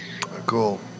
Cool